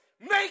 Make